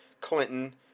Clinton